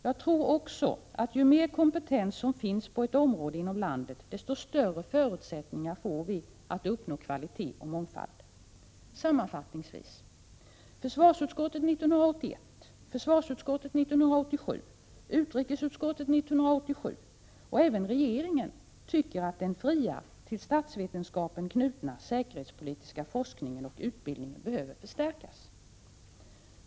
Jag tror också att ju mer kompetens som finns på ett område inom landet, desto större förutsättningar får vi att uppnå kvalitet och mångfald. Sammanfattningsvis: Försvarsutskottet 1981, försvarsutskottet 1987, utrikesutskottet 1987 och även regeringen tycker att den fria och till statsvetenskapen knutna säkerhetspolitiska forskningen och utbildningen behöver förstärkas.